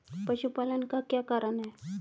पशुपालन का क्या कारण है?